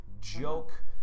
joke